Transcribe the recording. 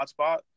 hotspot